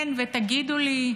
כן, ותגידו לי,